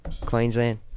Queensland